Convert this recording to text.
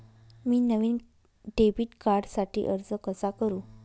मी नवीन डेबिट कार्डसाठी अर्ज कसा करु?